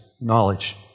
knowledge